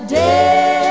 day